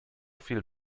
viel